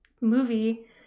movie